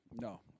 No